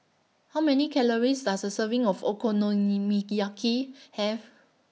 How Many Calories Does A Serving of Okonomiyaki Have